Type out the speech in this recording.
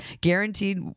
guaranteed